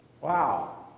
Wow